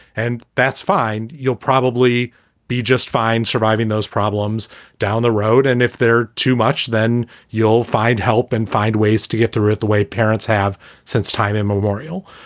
and that's fine. you'll probably be just fine surviving those problems down the road. and if they're too much, then you'll find help and find ways to get through it the way parents have since time immemorial.